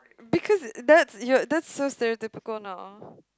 because that's that's so stereotypical now